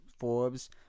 Forbes